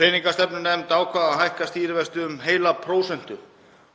Peningastefnunefnd ákvað að hækka stýrivexti um heila prósentu